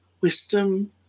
wisdom